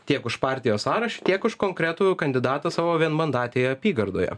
tiek už partijos sąrašą tiek už konkretų kandidatą savo vienmandatėje apygardoje